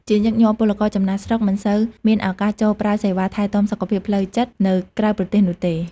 ជាញឹកញាប់ ពលករចំណាកស្រុកមិនសូវមានឱកាសចូលប្រើសេវាថែទាំសុខភាពផ្លូវចិត្តនៅក្រៅប្រទេសនោះទេ។